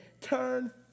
turn